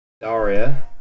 Daria